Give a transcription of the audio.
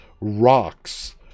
rocks